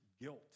guilt